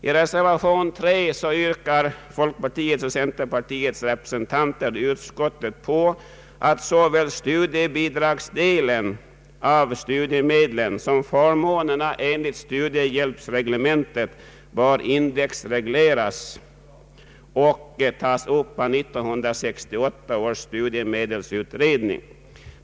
I reservation 3 yrkar folkpartiets och centerpartiets representanter i utskottet att såväl studiebidragsdelen som förmånerna enligt studiehjälpsreglementet skall indexregleras och att frågan skall tas upp av 1968 års studiemedelsutredning.